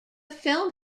film